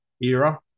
era